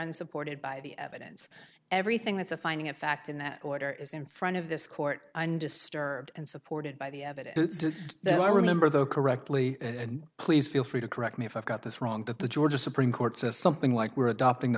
unsupported by the evidence everything that's a finding of fact in that order is in front of this court undisturbed and supported by the evidence that i remember the correctly and please feel free to correct me if i've got this wrong but the georgia supreme court says something like we're adopting the